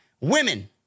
women